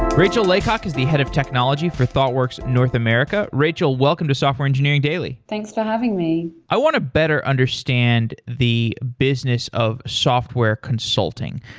rachel laycock is the head of technology for thoughtworks north america. rachel, welcome to software engineering daily. thanks for having me i want to better understand the business of software consulting.